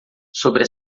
sobre